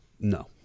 No